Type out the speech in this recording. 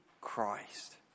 Christ